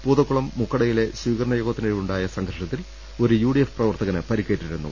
പൂതക്കുളം മുക്കടയിലെ സ്വീകരണ യോഗത്തിനിടെ ഉണ്ടായ സംഘർഷത്തിൽ ഒരു യുഡിഎഫ് പ്രവർത്തകന് പരിക്കേറ്റിരുന്നു